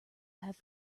have